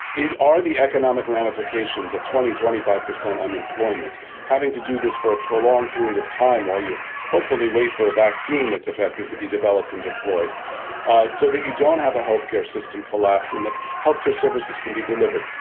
is are the economic ramifications of twenty, twenty five percent unemployment having to do this for a prolonged period of time while you hopefully wait for a vaccine that's effective to be developed and deployed so that you don't have a health care system collapse in the health care services can be delivered.